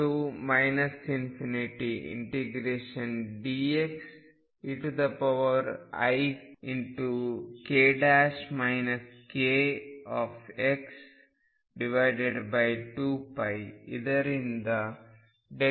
∞dxeik kx2π ಇದರಿಂದ δk k ಸಿಗುತ್ತದೆ